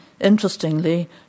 interestingly